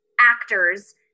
actors